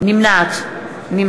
נמנעת נא